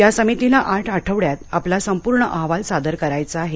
या समितीला आठ आठवड्यात आपला संपूर्ण अहवाल सादर करायचा आहे